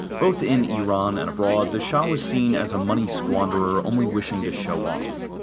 both in iran and abroad, the shah was seen as a money squanderer only wishing to show off.